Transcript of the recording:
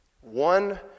One